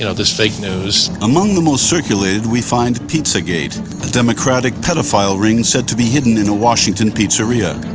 and this fake news. among the most circulated we find pizza gate a democratic pedophile ring said to be hidden in a washington pizzeria.